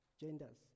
genders